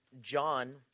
John